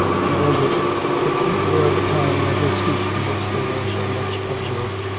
he wondered if it were the tying of his feet in which they were so much absorbed.